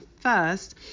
first